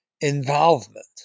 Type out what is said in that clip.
involvement